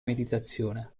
meditazione